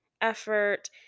effort